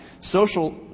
social